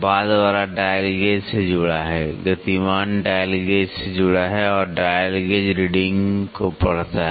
बाद वाला dial gauge से जुड़ा है गतिमान डायल गेज से जुड़ा है और डायल गेज रीडिंग को पढ़ता है